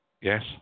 Yes